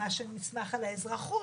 במה שנסמך על האזרחות,